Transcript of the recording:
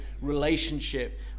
relationship